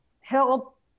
help